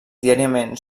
diàriament